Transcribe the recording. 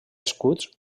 escuts